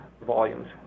volumes